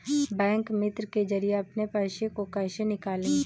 Bank मित्र के जरिए अपने पैसे को कैसे निकालें?